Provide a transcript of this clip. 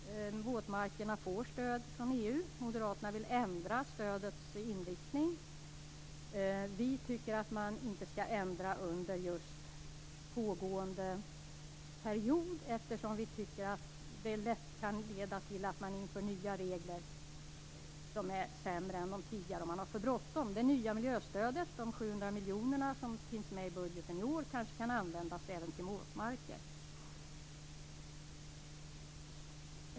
Våtmarkerna får stöd från EU, och moderaterna vill ändra stödets inriktning. Vi tycker att man inte skall ändra under pågående period, eftersom vi menar att det, om man har för bråttom, lätt kan bli så att nya regler som införs blir sämre än de tidigare. Det nya miljöstödet om 700 miljoner som finns med i budgeten i år kan kanske användas även till våtmarker.